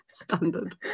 standard